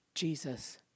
Jesus